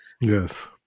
Yes